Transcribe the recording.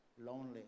Lonely